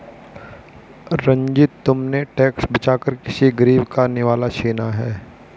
रंजित, तुमने टैक्स बचाकर किसी गरीब का निवाला छीना है